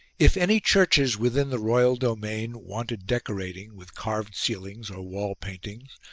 if any churches, within the royal domain, wanted decorating with carved ceilings or wall paintings,